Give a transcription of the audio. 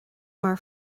mar